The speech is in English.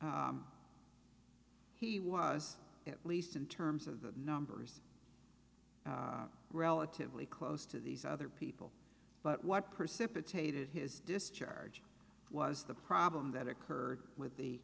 he was at least in terms of the numbers relatively close to these other people but what precipitated his discharge was the problem that occurred with the